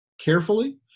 carefully